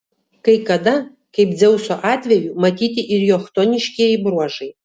kai kada kaip dzeuso atveju matyti ir jo chtoniškieji bruožai